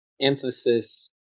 emphasis